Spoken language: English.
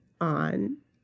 on